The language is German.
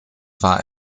war